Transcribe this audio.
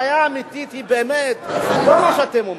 הבעיה האמיתית היא באמת לא מה שאתם אומרים.